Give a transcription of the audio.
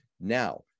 now